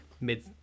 mid